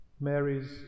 Mary's